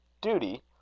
Duty